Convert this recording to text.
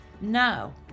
No